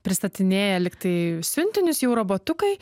pristatinėja lyg tai siuntinius jau robotukai